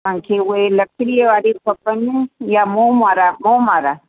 तव्हांखे उहा ई लकिड़ी वारी खपेनि या मोम वारा मोम वारा